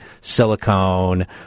silicone